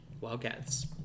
Wildcats